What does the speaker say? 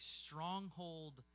stronghold